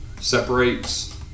separates